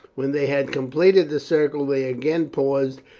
when they had completed the circle they again paused,